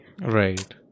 Right